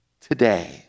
today